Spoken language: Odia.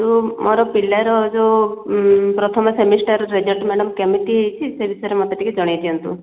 ଯୋଉ ମୋର ପିଲାର ଯୋଉ ପ୍ରଥମ ସେମିଷ୍ଟାର୍ର ରେଜଲ୍ଟ କେମିତି ହୋଇଛି ସେ ବିଷୟରେ ମୋତେ ଟିକିଏ ଜଣାଇ ଦିଅନ୍ତୁ